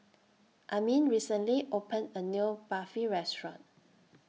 Amin recently opened A New Barfi Restaurant